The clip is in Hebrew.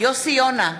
יוסי יונה,